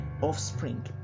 offspring